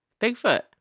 Bigfoot